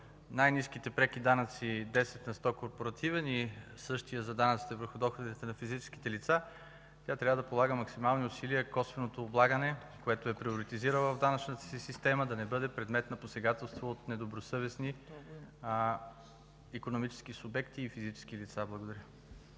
най-ниските преки данъци – 10 на сто корпоративен и същият за данъците върху доходите на физическите лица, тя трябва да полага максимални усилия косвеното облагане, което е приоритизирала в данъчната си система, да не бъде предмет на посегателство от недобросъвестни икономически субекти и физически лица. Благодаря